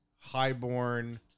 highborn